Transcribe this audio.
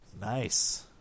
Nice